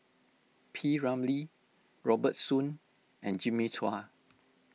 P Ramlee Robert Soon and Jimmy Chua